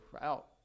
out